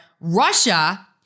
Russia